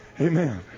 Amen